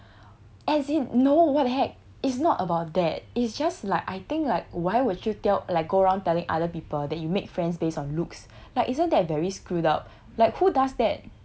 as in no what the heck is not about that it's just like I think like why would you tell like go around telling other people that you make friends based on looks like isn't that very screwed up like who does that